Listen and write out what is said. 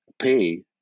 pay